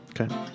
Okay